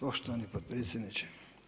Poštovani potpredsjedniče.